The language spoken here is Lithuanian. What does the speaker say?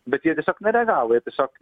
bet jie tiesiog nereagavo jie tiesiog